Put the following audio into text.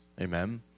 Amen